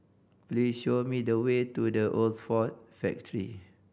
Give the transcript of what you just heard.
please show me the way to The Old Ford Factory